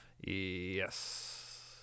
yes